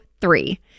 three